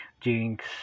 jinx